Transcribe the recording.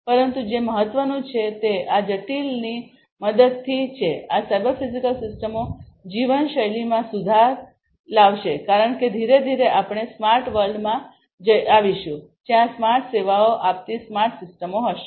પરંતુ જે મહત્વનું છે તે આ જટિલની મદદથી છે આ સાયબર ફિઝિકલ સિસ્ટમો જીવનશૈલીમાં સુધાર થશે કારણ કે ધીરે ધીરે આપણે સ્માર્ટ વર્લ્ડમાં આવીશું જ્યાં સ્માર્ટ સેવાઓ આપતી સ્માર્ટ સિસ્ટમો હશે